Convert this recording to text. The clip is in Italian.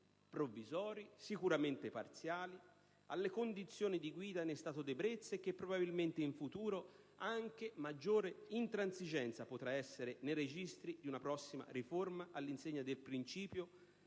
provvisori, e sicuramente parziali, alle condizioni di guida in stato di ebbrezza, e che probabilmente in futuro ci potrà essere anche maggiore intransigenza, nei registri di una prossima riforma, all'insegna del principio